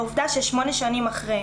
העובדה ששמונה שנים אחרי,